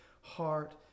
heart